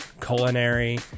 culinary